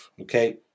okay